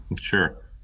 Sure